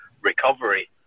recovery